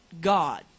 God